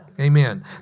Amen